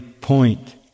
point